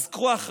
אז קחו אחריות,